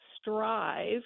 STRIVE